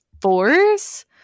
force